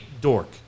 dork